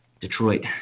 Detroit